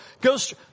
goes